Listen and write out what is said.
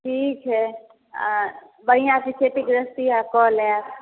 ठीक हइ आ बढ़िआँसँ खेती गृहस्थी आब कऽ लेब